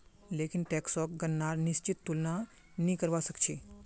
लेकिन टैक्सक गणनार निश्चित तुलना नी करवा सक छी